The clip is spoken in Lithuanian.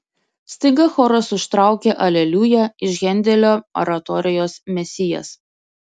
staiga choras užtraukė aleliuja iš hendelio oratorijos mesijas